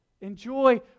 Enjoy